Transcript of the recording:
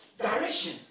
Direction